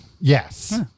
Yes